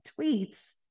tweets